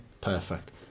Perfect